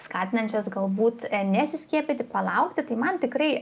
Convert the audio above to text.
skatinančias galbūt nesiskiepyti palaukti tai man tikrai